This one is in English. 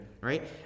right